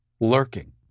lurking